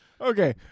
Okay